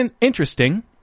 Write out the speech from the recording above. interesting